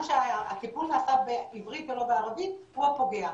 שהטיפול נעשה בעברית או בערבית הוא הפוגע.